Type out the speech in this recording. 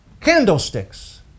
candlesticks